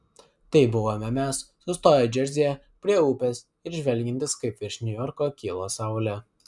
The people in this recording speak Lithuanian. tai buvome mes sustoję džersyje prie upės ir žvelgiantys kaip virš niujorko kyla saulė